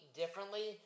differently